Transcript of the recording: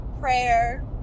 prayer